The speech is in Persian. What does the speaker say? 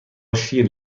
شیر